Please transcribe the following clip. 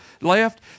left